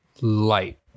light